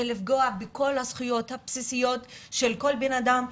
לפגוע בכל הזכויות הבסיסיות של כל בנאדם,